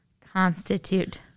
constitute